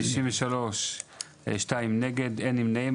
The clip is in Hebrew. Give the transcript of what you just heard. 2 נמנעים,